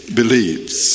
believes